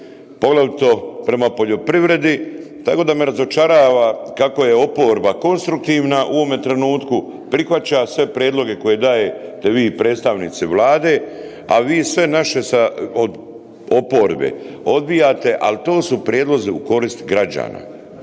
poglavito prema poljoprivredi tako da me razočarava kako je oporba konstruktivna u ovome trenutku, prihvaća sve prijedloge koje dajete vi predstavnici Vlade, a vi sve naše od oporbe odbijate, ali to su prijedlozi u korist građana.